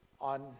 on